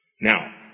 Now